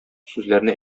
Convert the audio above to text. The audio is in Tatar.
сүзләрне